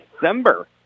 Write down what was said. December